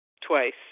twice